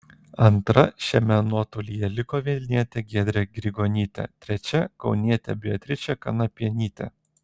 antra šiame nuotolyje liko vilnietė giedrė grigonytė trečia kaunietė beatričė kanapienytė